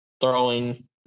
throwing